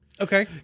Okay